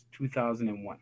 2001